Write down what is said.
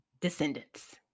descendants